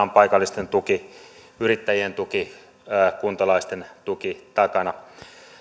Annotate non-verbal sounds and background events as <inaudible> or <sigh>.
<unintelligible> on paikallisten tuki yrittäjien tuki kuntalaisten tuki takana